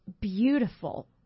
beautiful